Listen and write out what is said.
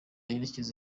yerekeza